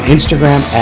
Instagram